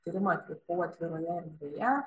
tyrimą atlikau atviroje erdvėje